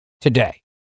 today